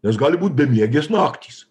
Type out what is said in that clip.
nes gali būt bemiegės naktys